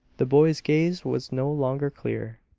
the boy's gaze was no longer clear.